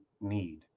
need